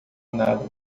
nada